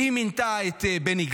היא מינתה את בני גנץ,